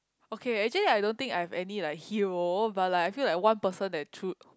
okay actually I don't think I have any like hero but like I feel like one person that true